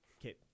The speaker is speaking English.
Okay